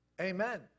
Amen